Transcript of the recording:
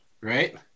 right